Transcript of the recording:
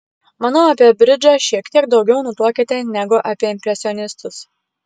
manau apie bridžą šiek tiek daugiau nutuokiate negu apie impresionistus